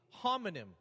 homonym